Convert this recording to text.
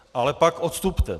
Ale pak odstupte.